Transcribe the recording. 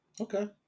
Okay